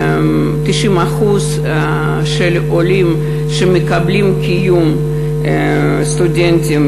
90% מהעולים שמקבלים מלגת קיום לסטודנטים,